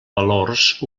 valors